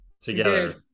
together